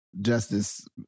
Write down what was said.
justice